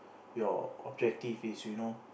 your objective is you know